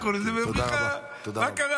אני לא יודע איך לקרוא לזה, ואומרים לך: מה קרה?